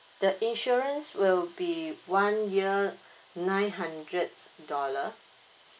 the insurance will be one year nine hundreds dollar